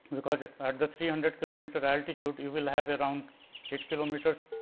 because at the three hundred kilometre altitude, you will have around eight kilometres